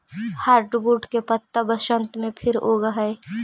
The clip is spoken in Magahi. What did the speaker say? हार्डवुड के पत्त्ता बसन्त में फिर उगऽ हई